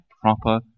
proper